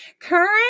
current